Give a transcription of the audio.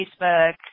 Facebook